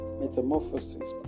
metamorphosis